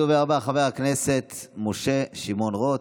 הדובר הבא, חבר הכנסת משה שמעון רוט.